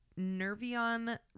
Nervion